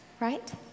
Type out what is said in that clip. right